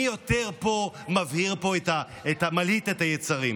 מי פה יותר מבעיר ומלהיט את היצרים.